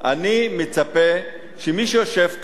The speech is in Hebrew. אני מצפה שמי שיושב כאן,